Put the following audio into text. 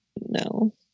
no